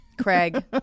Craig